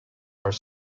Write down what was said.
are